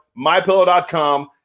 MyPillow.com